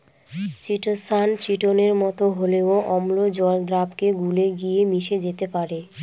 chitosan চিটোনের মতো হলেও অম্ল জল দ্রাবকে গুলে গিয়ে মিশে যেতে পারে